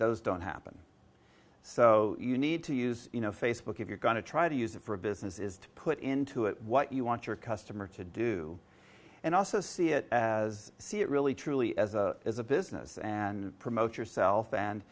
those don't happen so you need to use facebook if you're going to try to use it for a business is to put into it what you want your customer to do and also see it as i see it really truly as a as a business and promote yourself and